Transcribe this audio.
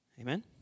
Amen